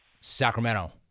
Sacramento